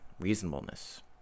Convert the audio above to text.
reasonableness